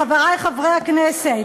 חברי חברי הכנסת,